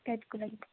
गाइडको लागि